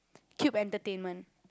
Cube Entertainment